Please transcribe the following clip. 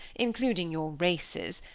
including your races,